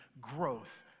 growth